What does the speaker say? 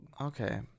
okay